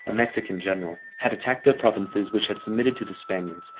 a mexican general, had attacked the provinces which had submitted to the spaniards,